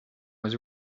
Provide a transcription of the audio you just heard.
was